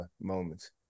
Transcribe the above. moments